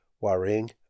worrying